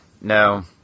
No